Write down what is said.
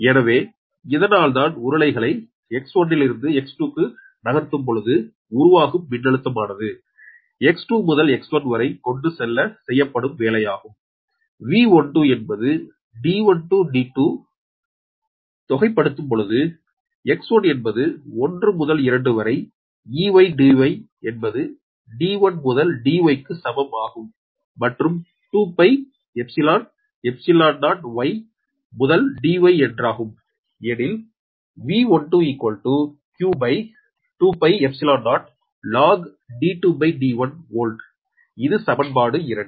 எனவே இதனதால்தான் உருளைகளை X1 லிருந்து X2 க்கு நகர்த்தும்பொழுது உருவாகும் மின்னழுத்தத்தமானது X2 முதல் X1 வரை கொண்டு செல்ல செய்யப்பட்ட வேலையாகும் V12 என்பது D1to D2 தொகைப்படுத்தும்பொழுது X1 என்பது 1 முதல் 2 வரை Eydy என்பது D1 முதல் dy க்கு சமம் ஆகும் மற்றும் 2Π 𝜖𝜖0y முதல் dy என்றாகும் எனில் V12 q20logD2 D1volt இது சமன்பாடு 2